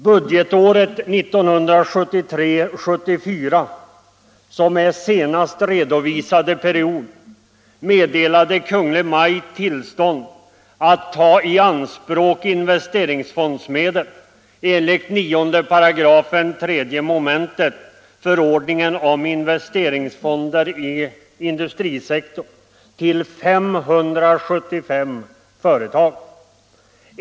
Budgetåret 1973/74, som är senaste redovisade period, meddelade Kungl. Maj:t tillstånd att ta i anspråk investeringsfondsmedel enligt 9 § 3 mom. förordningen om investeringsfonder inom industrisektorn till 575 företag.